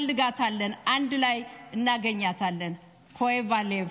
האמהרית.) כואב הלב.